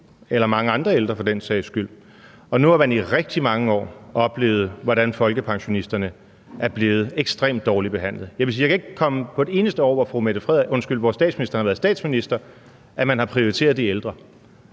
eller at mange andre ældre har det for den sags skyld. Nu har man i rigtig mange år oplevet, hvordan folkepensionisterne er blevet ekstremt dårligt behandlet. Jeg kan ikke komme på et eneste år, hvor statsministeren har været statsminister, hvor man har prioriteret de ældre.